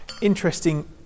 interesting